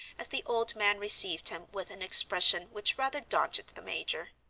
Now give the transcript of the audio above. as the old man received him with an expression which rather daunted the major.